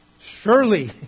surely